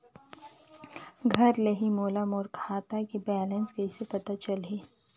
घर ले ही मोला मोर खाता के बैलेंस कइसे पता चलही?